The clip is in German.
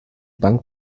bank